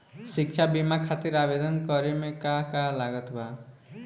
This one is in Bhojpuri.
शिक्षा बीमा खातिर आवेदन करे म का का लागत बा?